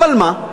אבל מה?